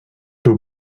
too